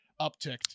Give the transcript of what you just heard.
upticked